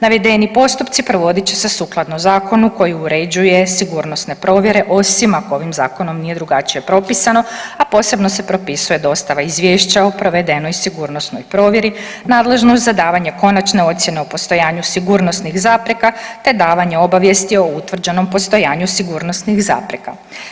Navedeni postupci provodit će se sukladno zakonu koji uređuje sigurnosne provjere, osim ako ovim Zakonom nije drugačije propisano, a posebno se propisuje dostava Izvješća o provedenoj sigurnosnoj provjeri nadležno za davanje konačne ocjene o postojanju sigurnosnih zapreka te davanje obavijesti o utvrđenom postojanju sigurnosnih zapreka.